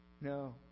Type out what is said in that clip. no